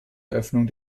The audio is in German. eröffnung